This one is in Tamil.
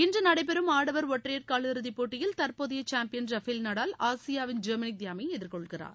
இன்று நடைபெறும் ஆடவர் ஒற்றையர் காலிறுதிப் போட்டியில் தற்போதயை சாம்பியன் ரஃபேல் நடால் ஆசியாவின் டொமினிக் தியாமை எதிர்கொள்கிறார்